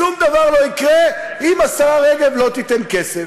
שום דבר לא יקרה אם השרה רגב לא תיתן כסף.